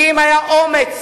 אם היה היום אומץ